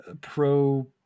pro